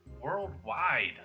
worldwide